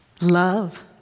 love